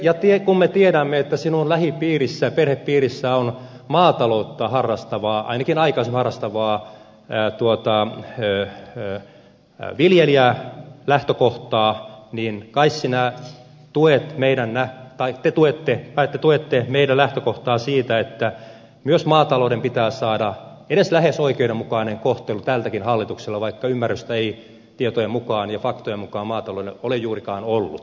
ja kun me tiedämme että sinun lähipiirissäsi perhepiirissäsi on maataloutta harrastavan ainakin aikaisemmin harrastaneen viljelijän lähtökohtaa niin kai sinä tuet tai te tuette meidän lähtökohtaamme siitä että myös maatalouden pitää saada edes lähes oikeudenmukainen kohtelu tältäkin hallitukselta vaikka ymmärrystä ei tietojen ja faktojen mukaan maataloudelle ole juurikaan ollut